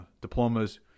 diplomas